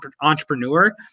entrepreneur